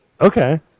Okay